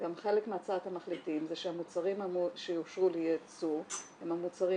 גם חלק מהצעת המחליטים זה שהמוצרים שיאושרו לייצוא הם המוצרים